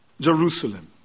Jerusalem